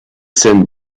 scènes